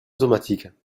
automatique